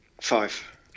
Five